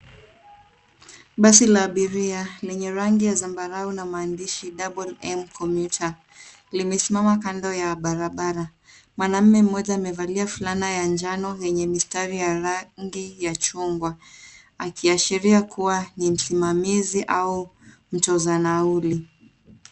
Basi la abiria lenye rangi ya zambarau na maandishi DoubleM Commuter, limesimama kando ya barabara. Mwanaume mmoja amevalia fulana ya njano yenye mistari ya rangi ya chungwa akiashria kuwa ni msimamizi au mtoza nauli.